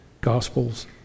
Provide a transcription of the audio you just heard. Gospels